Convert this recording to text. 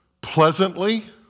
pleasantly